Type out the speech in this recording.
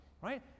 Right